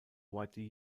widely